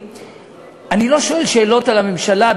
שאני לא שואל שאלות על הממשלה,